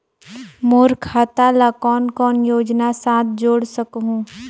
मोर खाता ला कौन कौन योजना साथ जोड़ सकहुं?